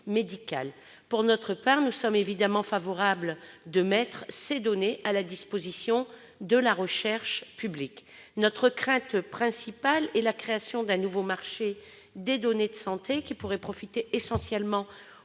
médicale. Pour notre part, nous sommes évidemment favorables à ce que ces données soient mises à la disposition de la recherche publique. Notre crainte principale est qu'apparaisse un nouveau marché des données de santé, qui pourrait profiter essentiellement